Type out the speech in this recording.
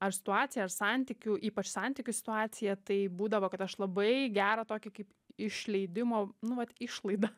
ar situacija ar santykių ypač santykių situacija tai būdavo kad aš labai gera tokį kaip išleidimo nu vat išlaida